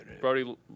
Brody